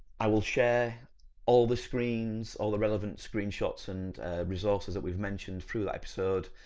i will share all the screens, all the relevant screenshots and resources that we've mentioned through that episode.